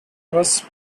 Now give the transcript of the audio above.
was